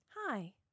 Hi